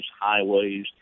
highways